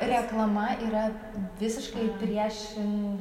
reklama yra visikai priešin